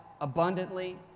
abundantly